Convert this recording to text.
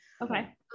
Okay